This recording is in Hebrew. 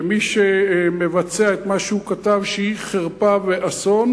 שמי שמבצע את מה שהוא כתב, שהוא חרפה ואסון,